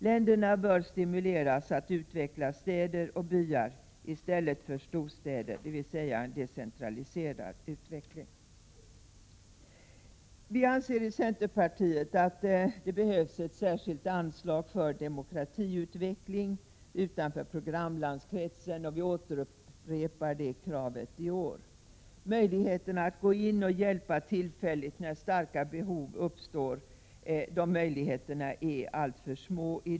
Länderna bör stimuleras att utveckla städer och byar i stället för storstäder, dvs. en decentraliserad utveckling. Vi i centerpartiet anser att det behövs ett särskilt anslag för demokratiutveckling utanför programlandskretsen. Vi upprepar i år det kravet. Möjligheterna att gå in med tillfällig hjälp när starka behov uppstår är i dag alltför små.